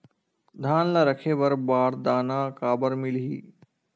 धान ल रखे बर बारदाना काबर मिलही?